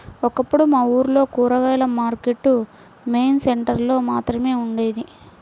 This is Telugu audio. ఒకప్పుడు మా ఊర్లో కూరగాయల మార్కెట్టు మెయిన్ సెంటర్ లో మాత్రమే ఉండేది